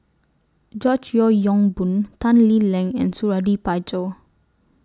George Yeo Yong Boon Tan Lee Leng and Suradi Parjo